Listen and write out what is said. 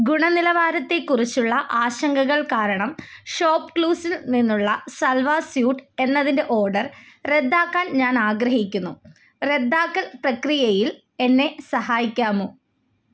ഗുണനിലവാരത്തെക്കുറിച്ചുള്ള ആശങ്കകൾ കാരണം ഷോപ്പ്ക്ലൂസിൽ നിന്നുള്ള സൽവാർ സ്യൂട്ട് എന്നതിൻ്റെ ഓർഡർ റദ്ദാക്കാൻ ഞാൻ ആഗ്രഹിക്കുന്നു റദ്ദാക്കൽ പ്രക്രിയയിൽ എന്നെ സഹായിക്കാമോ